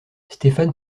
stéphane